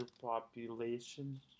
population